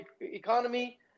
economy